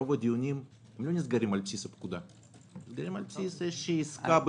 רוב הדיונים לא נסגרים על בסיס הפקודה אלא על בסיס איזו